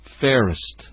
fairest